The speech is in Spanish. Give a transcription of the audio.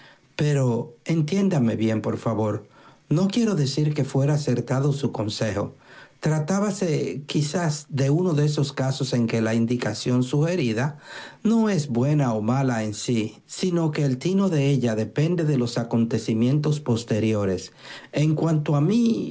pero entiéndame bien no quiero decir que fuera acertado su consejo tratábase quizá de uno de esos casos en que la indicación sugerida no es buena o mala en sí sino que el tino de ella depende de los acontecimientos posteriores en cuanto a mí